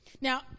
Now